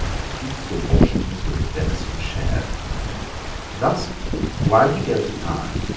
in equal portions with the ven'son shar'd. thus while he dealt it round,